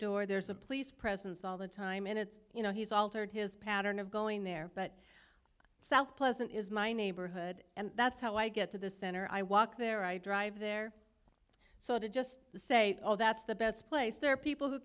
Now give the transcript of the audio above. door there's a police presence all the time and it's you know he's altered his pattern of going there but south pleasant is my neighborhood and that's how i get to the center i walk there i drive there so to just say oh that's the best place there are people who